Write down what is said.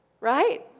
Right